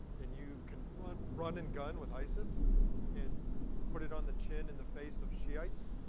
and you can run run and gun with isis and put it on the chin in the face of shiites,